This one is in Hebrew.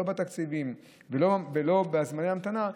לא בתקציבים ולא בזמני ההמתנה.